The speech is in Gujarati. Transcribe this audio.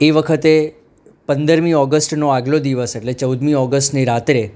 એ વખતે પંદરમી ઓગસ્ટનો આગલો દિવસ એટલે ચૌદમી ઓગસ્ટની રાત્રે